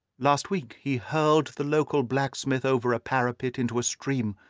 last week he hurled the local blacksmith over a parapet into a stream,